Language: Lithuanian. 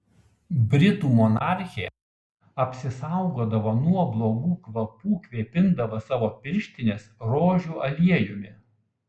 britų monarchė apsisaugodavo nuo blogų kvapų kvėpindama savo pirštines rožių aliejumi